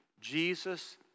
Jesus